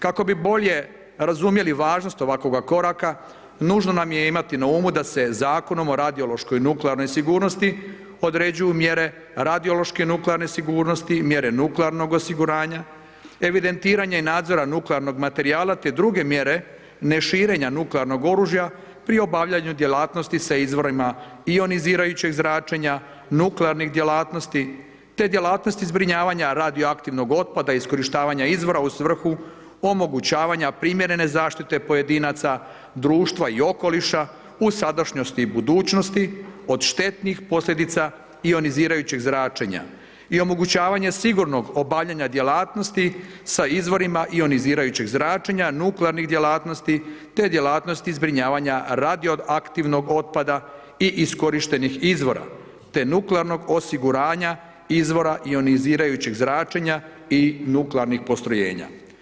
Kako bi bolje razumjeli važnost ovakvoga koraka, nužno nam je imati na umu da se Zakonom o radiološkoj nuklearnoj sigurnosti određuju mjere radiološke nuklearne sigurnosti, mjere nuklearnog osiguranja, evidentiranje i nadzora nuklearnog materijala, te druge mjere, ne širenja nuklearnog oružja pri obavljanju djelatnosti sa izvorima ionizirajućeg zračenja, nuklearnih djelatnosti, te djelatnosti zbrinjavanja radio aktivnog otpada iskorištavanja izvora u svrhu omogućavanja primjerene zaštite pojedinaca, društva i okoliša u sadašnjosti i budućnosti od štetnih posljedica ionizirajućeg zračenja i omogućavanje sigurnog obavljanja djelatnosti sa izvorima ionizirajućeg zračenja, nuklearnih djelatnosti, te djelatnosti zbrinjavanja radioaktivnog otpada i iskorištenih izvora, te nuklearnog osiguranja izvora ionizirajućeg zračenja i nuklearnih postrojenja.